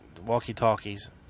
walkie-talkies